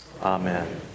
Amen